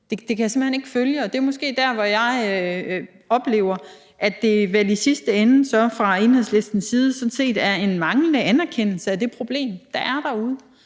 kan jeg simpelt hen ikke følge, og det er måske der, hvor jeg oplever, at der vel så i sidste ende fra Enhedslistens side er tale om en manglende anerkendelse af det problem, der er derude.